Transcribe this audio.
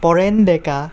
Poren Deka